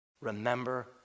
remember